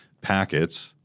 packets